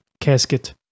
casket